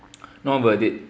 are not worth it